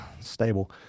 stable